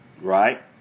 Right